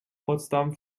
potsdam